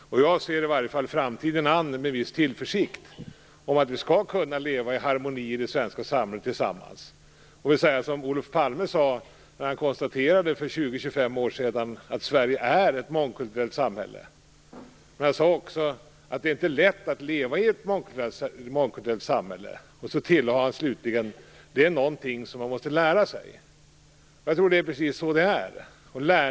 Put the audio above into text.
Och jag ser framtiden an med viss tillförsikt om att vi skall kunna leva i harmoni i det svenska samhället tillsammans. Jag vill säga som Olof Palme konstaterade för 20 25 år sedan: Sverige är ett mångkulturellt samhälle. Han sade också att det inte är lätt att leva i ett mångkulturellt samhälle, och tillade slutligen att det är någonting som man måste lära sig. Jag tror att det är precis så det är.